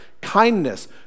kindness